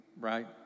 right